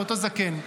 לאותו זקן.